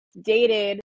dated